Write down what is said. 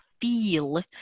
feel